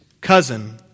cousin